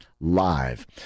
live